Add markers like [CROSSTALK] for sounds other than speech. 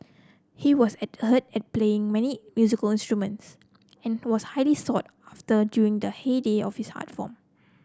he was [UNINTELLIGIBLE] at playing many musical instruments and was highly sought after during the heyday of his art form